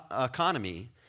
economy